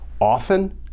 often